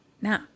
Now